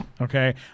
okay